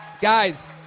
Guys